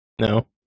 No